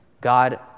God